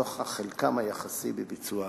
נוכח חלקם היחסי בביצוע העבירות.